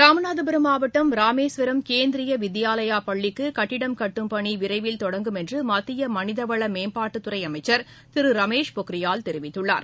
ராமநாதபுரம் மாவட்டம் ராமேஸ்வரம் கேந்திரிய வித்யாலயா பள்ளிக்கு கட்டிடம் கட்டும் பணி விரைவில் தொடங்கும் என்று மத்திய மனிதவள மேம்பாட்டுத்துறை அமைச்சர் திரு ரமேஷ் பொக்ரியால் தெரிவித்துள்ளார்